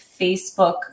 Facebook